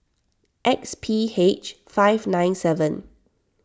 X P H five nine seven